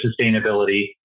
sustainability